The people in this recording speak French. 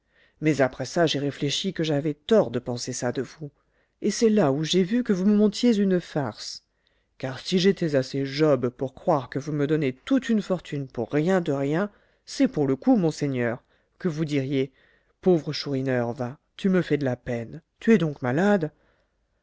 mais après ça j'ai réfléchi que j'avais tort de penser ça de vous et c'est là où j'ai vu que vous me montiez une farce car si j'étais assez job pour croire que vous me donnez toute une fortune pour rien de rien c'est pour le coup monseigneur que vous diriez pauvre chourineur va tu me fais de la peine tu es donc malade